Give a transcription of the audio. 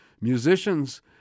Musicians